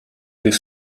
this